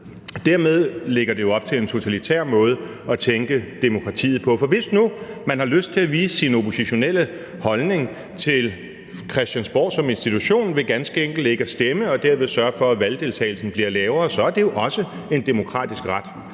Dermed lægger det op til en totalitær måde at tænke demokratiet på, for hvis nu man har lyst til at vise sin oppositionelle holdning til Christiansborg som institution ved ganske enkelt ikke at stemme og derved sørge for, at valgdeltagelsen bliver lavere, så er det jo også en demokratisk ret.